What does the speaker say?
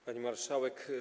Pani Marszałek!